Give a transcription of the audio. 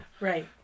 Right